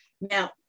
Now